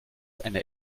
einer